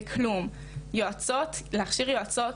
להכשיר יועצות,